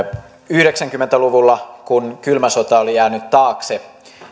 yhdeksänkymmentä luvulla kun kylmä sota oli jäänyt taakse